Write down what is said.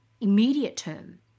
immediate-term